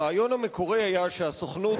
הרעיון המקורי היה שהסוכנות